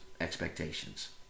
expectations